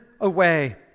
away